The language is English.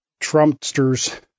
Trumpsters